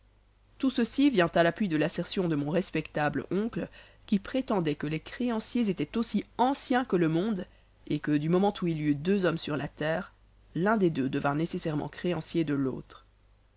tout ceci vient à l'appui de l'assertion de mon respectable oncle qui prétendait que les créanciers étaient aussi anciens que le monde et que du moment où il y eut deux hommes sur la terre l'un des deux devint nécessairement créancier de l'autre